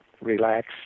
relax